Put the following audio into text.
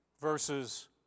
versus